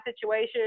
situation